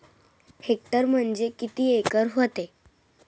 Hectare म्हणजे किती acre व्हते?